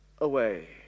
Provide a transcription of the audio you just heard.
away